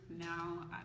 now